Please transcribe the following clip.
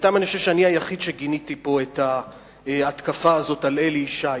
אני חושב שבינתיים אני היחיד שגיניתי פה את ההתקפה הזאת על אלי ישי.